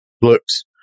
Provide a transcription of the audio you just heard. looks